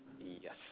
yes